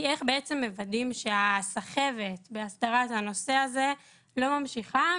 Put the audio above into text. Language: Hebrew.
היא איך מוודאים שהסחבת בהסדרת הנושא הזה לא ממשיכה,